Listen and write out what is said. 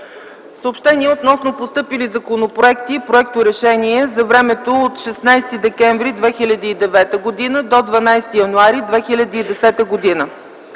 Съобщения относно постъпили законопроекти и проекторешения за времето от 16 декември 2009 г. до 12 януари 2010 г.